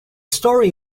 story